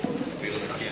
הצעה אחרת.